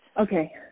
Okay